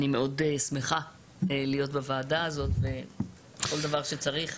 אני מאוד שמחה להיות בוועדה הזאת וכל דבר שצריך,